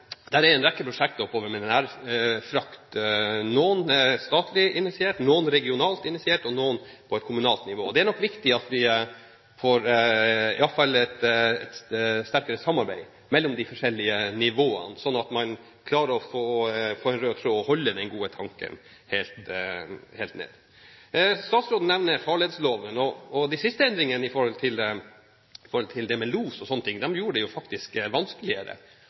en rekke prosjekter med nærfrakt. Noen er statlig initiert, noen regionalt initiert, og noen er på kommunalt nivå. Det er i alle fall viktig at vi får et sterkere samarbeid mellom de forskjellige nivåene, sånn at man klarer å holde en rød tråd og den gode tanken helt ned. Statsråden nevner farledsloven. De siste endringene angående los gjorde det faktisk vanskeligere å lage fleksible og gode løsninger. Når statsråden lurer på hva Høyre mener med å organisere lostjenesten på en litt annen måte, er det faktisk